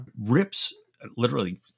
rips—literally